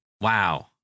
wow